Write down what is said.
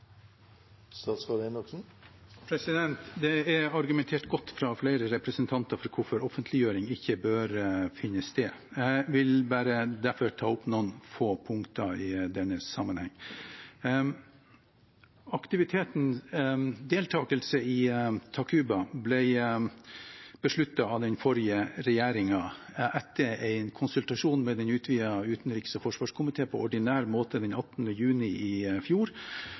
Det er argumentert godt fra flere representanter for hvorfor offentliggjøring ikke bør finne sted. Jeg vil derfor bare ta opp noen få punkter i denne sammenheng. Deltakelse i Takuba ble besluttet av den forrige regjeringen etter en konsultasjon med den utvidete utenriks- og forsvarskomité på ordinær måte den 18. juni i fjor,